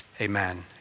amen